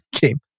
game